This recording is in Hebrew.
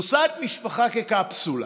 נוסעת משפחה, כקפסולה,